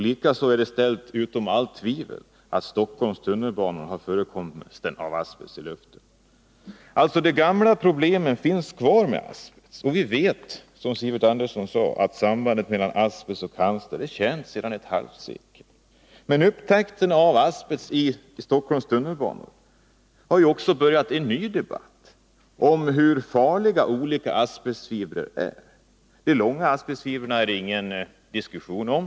Likaså är det ställt utom allt tvivel att det i Stockholms tunnelbana förekommer asbest i luften. De gamla problemen med asbest finns alltså kvar. Sambandet mellan asbest och cancer är, som Sivert Andersson sade, känt sedan ett halvsekel tillbaka. Med upptäckten av asbest i Stockholms tunnelbana har det ju också börjat föras en ny debatt om hur farliga olika asbestfibrer är. De långa asbestfibrerna är det ingen diskussion om.